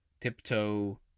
tiptoe